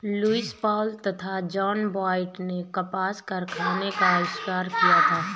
Lewis Paul तथा John Wyatt ने कपास कारखाने का आविष्कार किया था